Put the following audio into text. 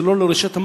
שלא לרשויות המים.